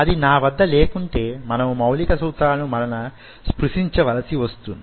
అది నా వద్ద లేకుంటే మనము మౌలిక సూత్రాలను మరల స్పృశించ వలసి వస్తుంది